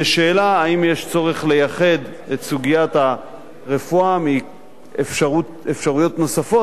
יש שאלה אם יש צורך לייחד את סוגיית הרפואה מאפשרויות נוספות.